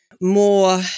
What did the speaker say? more